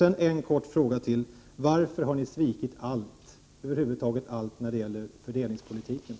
En kort fråga till: Varför har ni svikit över huvud taget allt när det gäller fördelningspolitiken?